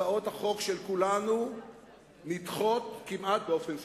הצעות החוק של כולנו נדחות כמעט באופן סיטוני.